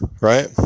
right